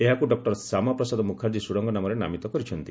ଏହାକୁ ଡକ୍କର ଶ୍ୟାମାପ୍ରସାଦ ମୁଖାର୍ଜୀ ସୁଡ଼ଙ୍ଗ ନାମରେ ନାମିତ କରିଛନ୍ତି